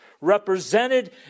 represented